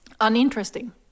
uninteresting